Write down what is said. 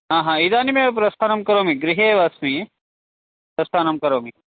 आ हा इदानीमेव प्रस्थानं करोमि गृहे एव अस्मि प्रस्थानं करोमि